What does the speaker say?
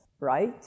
right